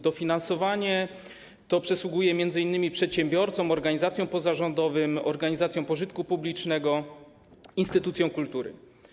Dofinansowanie to przysługuje m.in. przedsiębiorcom, organizacjom pozarządowym, organizacjom pożytku publicznego, instytucjom kultury.